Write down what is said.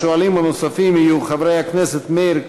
השואלים הנוספים יהיו חברי הכנסת מאיר כהן,